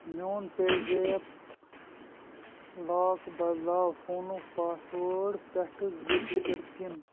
میٛون پے zip lock بدلاو فونُک پاس وٲرٕڈ پٮ۪ٹھٕ زٕ ڈجٕٹ پِن